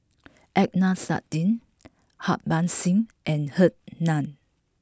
Adnan Saidi Harbans Singh and Henn Tan